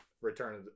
Return